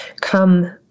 come